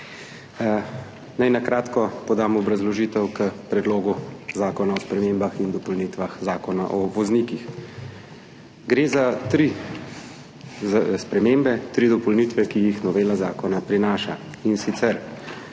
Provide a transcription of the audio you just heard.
Naj na kratko podam obrazložitev k Predlogu zakona o spremembah in dopolnitvah Zakona o voznikih. Gre za tri spremembe, tri dopolnitve, ki jih prinaša novela zakona, in sicer